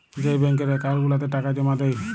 যেই ব্যাংকের একাউল্ট গুলাতে টাকা জমা দেই